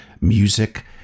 music